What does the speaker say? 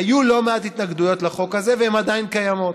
היו לא מעט התנגדויות לחוק הזה, והן עדיין קיימות.